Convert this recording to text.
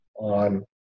On